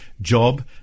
job